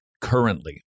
currently